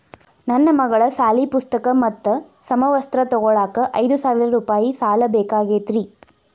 ನನ್ನ ಮಗಳ ಸಾಲಿ ಪುಸ್ತಕ್ ಮತ್ತ ಸಮವಸ್ತ್ರ ತೊಗೋಳಾಕ್ ಐದು ಸಾವಿರ ರೂಪಾಯಿ ಸಾಲ ಬೇಕಾಗೈತ್ರಿ